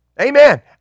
Amen